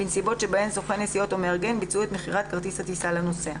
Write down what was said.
בנסיבות שבהן סוכן נסיעות או מארגן ביצעו את מכירת כרטיס הטיסה לנוסע.